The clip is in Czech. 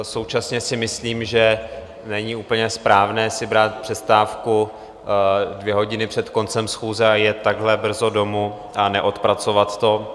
Současně si myslím, že není úplně správné si brát přestávku dvě hodiny před koncem schůze, jít takhle brzo domů a neodpracovat to.